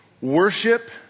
worship